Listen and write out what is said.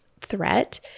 threat